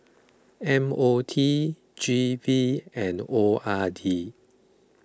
M O T G V and O R D